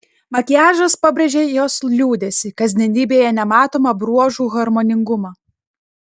makiažas pabrėžė jos liūdesį kasdienybėje nematomą bruožų harmoningumą